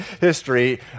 history